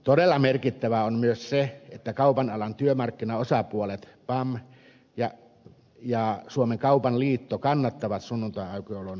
todella merkittävää on myös se että kaupan alan työmarkkinaosapuolet pam ja suomen kaupan liitto kannattavat sunnuntaiaukiolon laajentamista